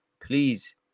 please